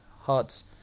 hearts